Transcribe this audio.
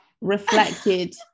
reflected